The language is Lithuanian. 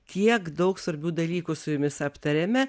tiek daug svarbių dalykų su jumis aptarėme